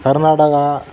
Karnataka